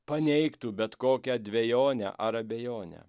paneigtų bet kokią dvejonę ar abejonę